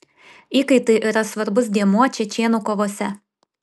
įkaitai yra svarbus dėmuo čečėnų kovose